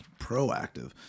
proactive